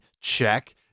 Check